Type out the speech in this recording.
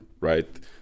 right